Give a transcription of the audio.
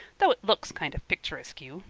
though it looks kind of pictureaskew.